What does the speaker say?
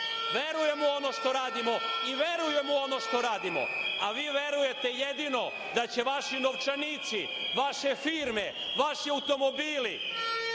verujemo u ono što radimo. Verujemo u ono što radimo, a vi verujete jedino da će vaši novčanici, vaše firme, vaši automobili